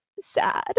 sad